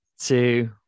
two